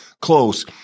close